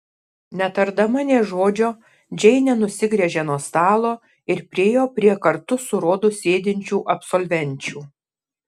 netardama nė žodžio džeinė nusigręžė nuo stalo ir priėjo prie kartu su rodu sėdinčių absolvenčių